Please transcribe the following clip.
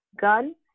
gun